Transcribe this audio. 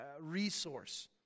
resource